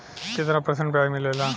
कितना परसेंट ब्याज मिलेला?